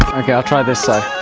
i'll try this side